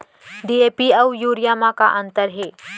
DAP अऊ urea म का अंतर हे?